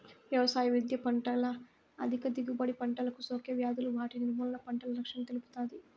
వ్యవసాయ విద్య పంటల అధిక దిగుబడి, పంటలకు సోకే వ్యాధులు వాటి నిర్మూలన, పంటల రక్షణను తెలుపుతాది